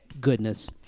Goodness